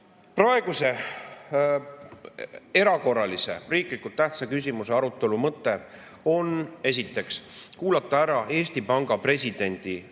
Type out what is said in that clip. Praeguse erakorralise riiklikult tähtsa küsimuse arutelu mõte on esiteks kuulata ära Eesti Panga presidendi